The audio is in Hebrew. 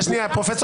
פרופ'